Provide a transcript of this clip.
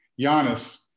Giannis